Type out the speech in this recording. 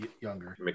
younger